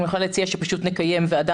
אם אני יכולה להציע שפשוט נקיים ועדה